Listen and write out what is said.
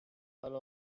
ale